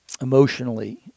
emotionally